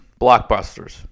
blockbusters